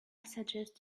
suggest